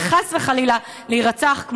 וחס וחלילה להירצח,